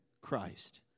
Christ